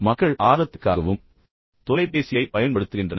மக்கள் ஆர்வத்திற்காகவும் தொலைபேசியை பயன்படுத்துகின்றனர்